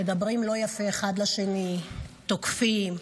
מדברים לא יפה אחד לשני, תוקפים,